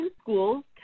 schools